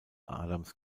adams